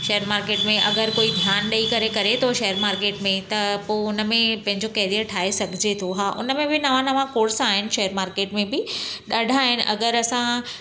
share market में अगरि कोई ध्यानु ॾेई करे करे तो शेयर मार्केट में त पोइ हुन में पंहिंजो कैरियर ठाहे सघिजे थो हा उन में बि नवां नवां कोर्स आहिनि शेयर मार्केट में बि ॾाढा आहिनि अगरि असां